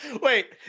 Wait